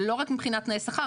לא רק מבחינת תנאי שכר.